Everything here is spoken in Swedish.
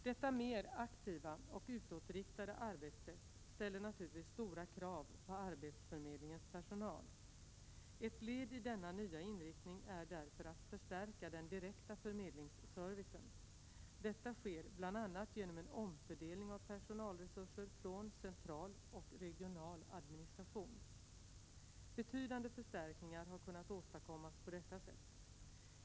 Detta mer aktiva och utåtriktade arbetssätt ställer naturligtvis stora krav på arbetsförmedlingens personal. Ett led i denna nya inriktning är därför att förstärka den direkta förmedlingsservicen. Detta sker bl.a. genom en omfördelning av personalresurser från central och regional administration. Betydande förstärkningar har kunnat åstadkommas på detta sätt.